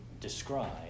describe